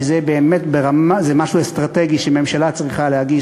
כי זה באמת משהו אסטרטגי שממשלה צריכה להגיש,